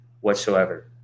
whatsoever